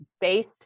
based